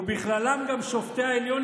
ובכללם גם שופטי העליון,